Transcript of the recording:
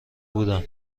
بودم